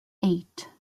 eight